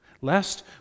Lest